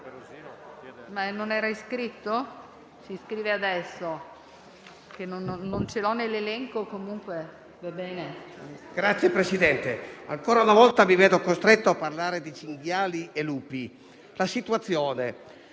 Signor Presidente, ancora una volta mi vedo costretto a parlare di cinghiali e lupi.